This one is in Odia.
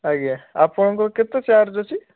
ଆଜ୍ଞା ଆପଣଙ୍କର କେତେ ଚାର୍ଜ ଅଛି